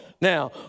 Now